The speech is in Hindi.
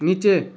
नीचे